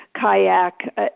kayak